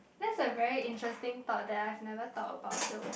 that's a very interesting thought that I've never thought about though